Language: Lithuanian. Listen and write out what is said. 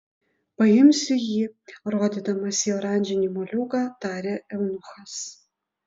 paimsiu jį rodydamas į oranžinį moliūgą tarė eunuchas